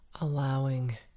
allowing